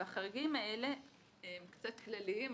החריגים האלה הם קצת כלליים,